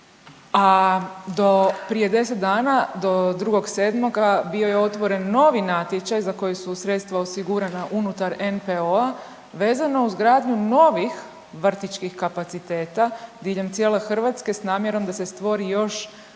do prije 10 dana do 2.7. bio je otvoren novi natječaj za koji su sredstva osigurana unutar NPO-a vezano uz gradnju novih vrtićkih kapaciteta diljem cijele Hrvatske s namjerom da se stvori još